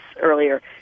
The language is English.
earlier